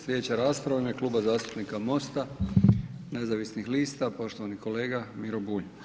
Slijedeća rasprava u ime Kluba zastupnika MOST- nezavisnih lista poštovani kolega Miro Bulj.